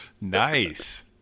nice